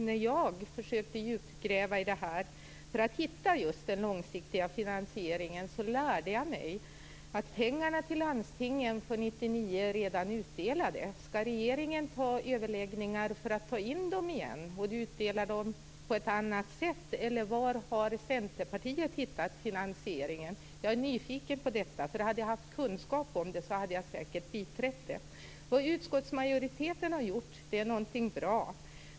Jag har försökt att gräva lite djupt för att finna en långsiktig finansiering. Då lärde jag mig att pengarna till landstingen för 1999 är redan utdelade. Skall regeringen ha överläggningar för att ta in dem igen och dela ut dem på annat sätt? Var har Centerpartiet hittat finansieringen? Jag är nyfiken. Hade jag haft någon kunskap i frågan hade jag säkert biträtt den. Utskottsmajoriteten har gjort något bra.